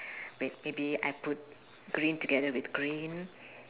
wait maybe I put green together with green